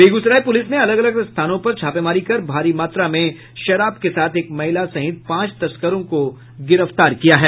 Begusarai police ने अलग अलग स्थानों पर छापेमारी कर भारी मात्रा में शराब के साथ एक महिला सहित पांच तस्करों को गिरफ्तार किया है